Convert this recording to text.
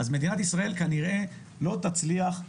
אז מדינת ישראל כנראה לא תצליח,